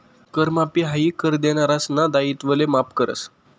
कर माफी हायी कर देनारासना दायित्वले माफ करस